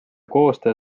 koostöö